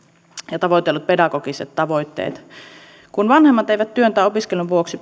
ja tavoitellut pedagogiset tavoitteet kun vanhemmat eivät työn tai opiskelun vuoksi